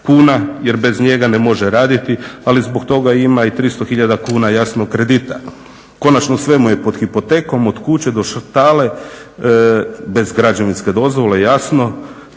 kuna, jer bez njega ne može raditi, ali zbog toga ima i 300 tisuća kuna kredita. Konačno sve mu je pod hipotekom, od kuće do štale, bez građevinske dozvole jasno,